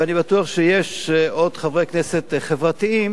ואני בטוח שיש עוד חברי כנסת חברתיים